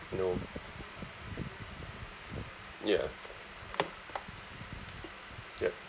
no ya yup